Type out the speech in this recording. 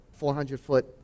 400-foot